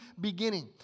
beginning